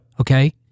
okay